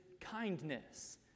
kindness